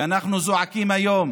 ואנחנו זועקים היום